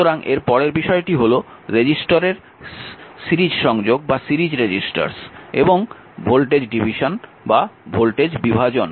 সুতরাং এর পরের বিষয়টি হল রেজিস্টরের সিরিজ সংযোগ এবং ভোল্টেজ বিভাজন